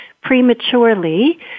prematurely